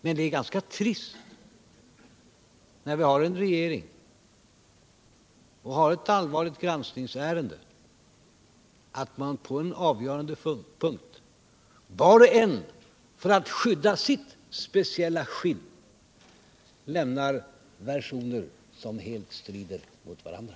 Men det är ganska trist, när vi har ett allvarligt granskningsärende, att två av regeringens representanter, var och en för att skydda sitt eget skinn, lämnar versioner som helt strider mot varandra.